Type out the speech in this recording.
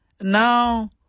Now